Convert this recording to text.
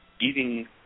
Eating